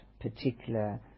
particular